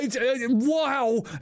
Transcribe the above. Wow